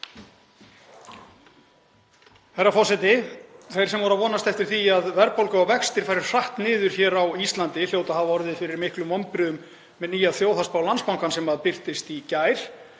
Herra forseti. Þeir sem voru að vonast eftir því að verðbólga og vextir færu hratt niður hér á Íslandi hljóta að hafa orðið fyrir miklum vonbrigðum með nýja þjóðhagsspá Landsbankans sem birtist í gær.